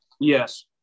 Yes